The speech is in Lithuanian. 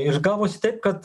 ir gavosi taip kad